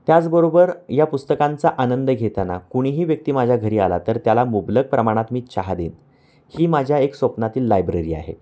त्याचबरोबर या पुस्तकांचा आनंद घेताना कुणीही व्यक्ती माझ्या घरी आला तर त्याला मुबलक प्रमाणात मी चहा देईन ही माझ्या एक स्वप्नातील लायब्ररी आहे